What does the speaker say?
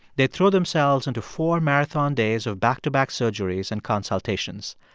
they'd throw themselves into four marathon days of back-to-back surgeries and consultations.